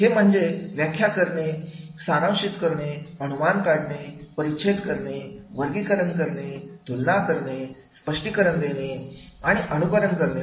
हे म्हणजे व्याख्या करणे सारांशित करणे अनुमान काढणे परिच्छेद करणे वर्गीकरण करणे तुलना करणे स्पष्टीकरण देणे आणि अनुकरण करणे होय